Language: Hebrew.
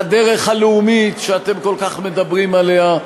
לדרך הלאומית שאתם כל כך מדברים עליה,